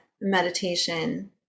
meditation